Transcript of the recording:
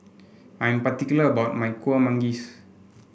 I am particular about my Kueh Manggis